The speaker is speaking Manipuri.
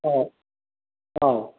ꯑꯧ ꯑꯧ